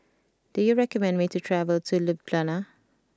do you recommend me to travel to Ljubljana